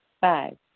Five